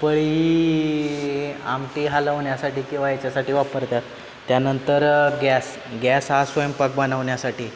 पळी ही आमटी हलवण्यासाठी किंवा याच्यासाठी वापरतात त्यानंतर गॅस गॅस हा स्वयंपाक बनवण्यासाठी